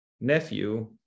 nephew